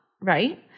right